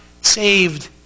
saved